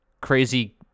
crazy